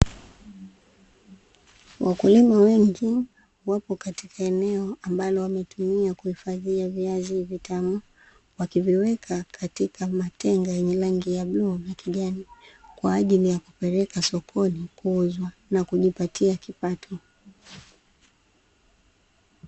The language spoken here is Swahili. Wakulima wengi wapo katika eneo ambalo wametumia kuhifadhia viazi vitamu, wakiviweka katika matenga yenye rangi ya bluu na kijani, kwa ajili ya kupelekwa sokoni kuuzwa na kujipatia kipato.